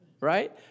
right